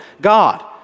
God